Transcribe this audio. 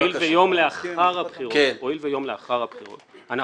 הואיל ויום לאחר הבחירות אנחנו